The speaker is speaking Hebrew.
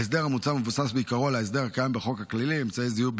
ההסדר המוצע מבוסס בעיקרו על ההסדר הקיים בחוק הכללת אמצעי זיהוי